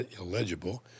illegible